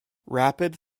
rapid